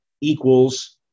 equals